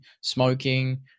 smoking